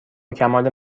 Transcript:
کمال